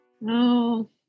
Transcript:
No